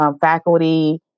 faculty